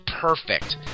perfect